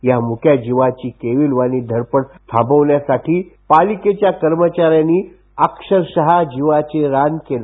या मुक्या जीवाची केविलवाणी धडपड थांबवण्यासाठी पालिकेच्या कर्मचाऱ्यांनी अक्षरश जीवाचे रान केलं